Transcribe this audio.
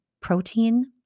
protein